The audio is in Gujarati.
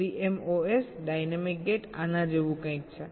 CMOS ડાયનેમિક ગેટ આના જેવું કંઈક છે